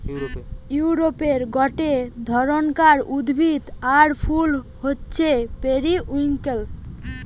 ইউরোপে গটে ধরণকার উদ্ভিদ আর ফুল হচ্ছে পেরিউইঙ্কেল